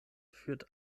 führt